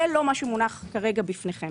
זה לא מה שמונח כרגע בפניכם.